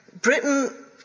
Britain